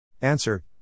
Answer